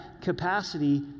capacity